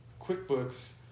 QuickBooks